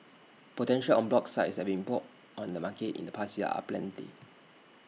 potential en bloc sites that have been put on the market in the past year are aplenty